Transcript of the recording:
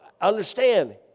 understand